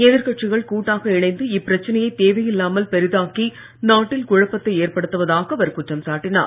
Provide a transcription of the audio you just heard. எதிர்கட்சிகள் கூட்டாக இணைந்து இப்பிரச்சனையை தேவையில்லமைல் பெரிதாக்கி நாட்டில் குழப்பத்தை ஏற்படுத்துவதாக அவர் குற்றம் சாட்டினார்